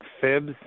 fibs